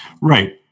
right